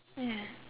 ya